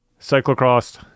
cyclocross